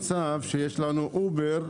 המצוי ברשותו של בעל ההיתר.